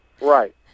right